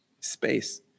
space